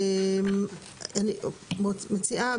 אני מציעה,